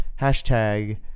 hashtag